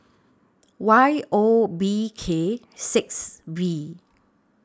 Y O B K six V